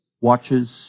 watches